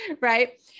right